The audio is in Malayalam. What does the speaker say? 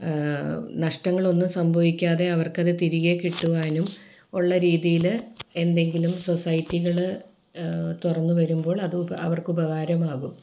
നഷ്ടങ്ങളൊന്നും സംഭവിക്കാതെ അവർക്കത് തിരികെ കിട്ടുവാനും ഉള്ള രീതീൽ എന്തെങ്കിലും സൊസൈറ്റികൾ തുറന്നു വരുമ്പോൾ അത് ഉപ അവർക്കുപകാരമാകും